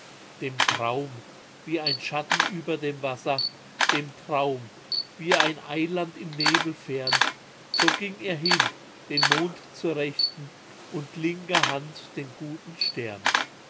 dem traum wie ein schatten über dem wasser dem traum wie ein eiland im nebel fern so ging er hin den mond zur rechten und linker hand den guten stern